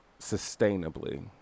sustainably